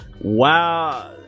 Wow